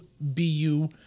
BU